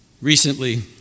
Recently